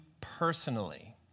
personally